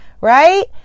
right